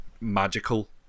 magical